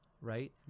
right